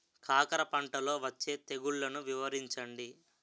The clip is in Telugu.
కాకర పంటలో వచ్చే తెగుళ్లను వివరించండి?